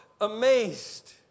amazed